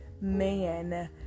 man